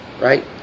Right